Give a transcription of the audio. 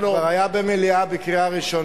לא ----- הוא כבר היה במליאה בקריאה ראשונה,